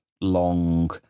long